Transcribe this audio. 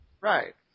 Right